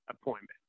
appointment